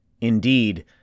Indeed